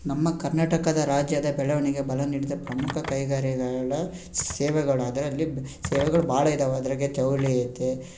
ನಮ್ಮ ಕರ್ನಾಟಕದ ರಾಜ್ಯದ ಬೆಳವಣಿಗೆ ಬಲ ನೀಡಿದ ಪ್ರಮುಖ ಕೈಗಾರಿಗಳ ಸೇವೆಗಳು ಅದರಲ್ಲಿ ಸೇವೆಗಳು ಭಾಳ ಇದಾವೆ ಅದ್ರಾಗೆ ಜವಳಿ ಐತೆ